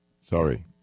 Sorry